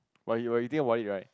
but you already think what you like